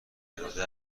اراده